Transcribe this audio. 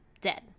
dead